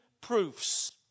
proofs